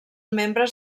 membres